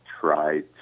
try